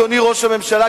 אדוני ראש הממשלה,